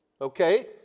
okay